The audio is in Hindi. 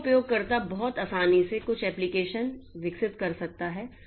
इसलिए उपयोगकर्ता बहुत आसानी से कुछ एप्लिकेशन विकसित कर सकता है